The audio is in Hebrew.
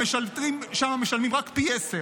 המשרתים שם משלמים רק פי עשרה.